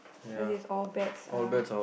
where this all bats ah